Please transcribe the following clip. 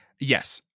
yes